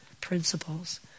Principles